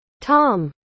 Tom